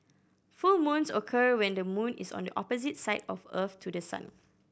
full moons occur when the moon is on the opposite side of Earth to the sun